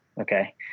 Okay